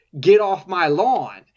get-off-my-lawn